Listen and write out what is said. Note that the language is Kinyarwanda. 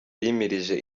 yimirije